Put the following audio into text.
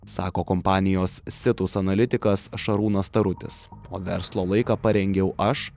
sako kompanijos situs analitikas šarūnas tarutis o verslo laiką parengiau aš